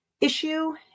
issue